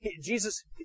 Jesus